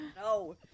No